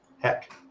Heck